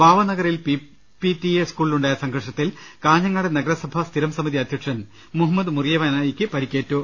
ബാവ നഗറിൽ P P T A സ്കൂളിലു ണ്ടായ സംഘർഷത്തിൽ കാഞ്ഞങ്ങാട് നഗരസഭാ സ്ഥിരം സമിതി അധ്യക്ഷൻ മുഹമ്മദ് മുറിയനാവിയ്ക്ക് പരിക്കേറ്റു